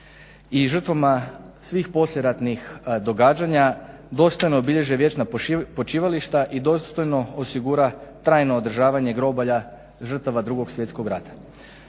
i žrtvama svih poslijeratnih događanja dostojno obilježe vječna počivališta i dostojno osigura trajno održavanje groblja žrtava Drugog svjetskog rata.